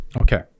Okay